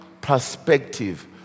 perspective